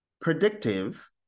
predictive